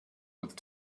with